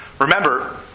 Remember